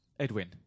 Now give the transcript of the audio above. Edwin